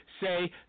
say